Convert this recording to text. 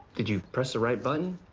did you press the right button?